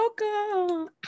welcome